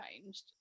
changed